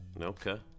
Okay